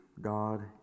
God